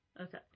Okay